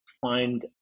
find